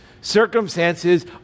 Circumstances